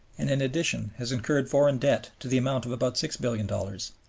and in addition has incurred foreign debt to the amount of about six billion dollars.